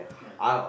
ya